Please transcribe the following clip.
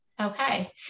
Okay